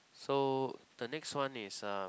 so the next one is uh